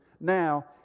now